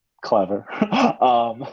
Clever